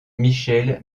michel